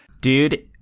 Dude